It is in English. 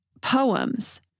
poems